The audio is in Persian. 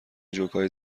جوکهای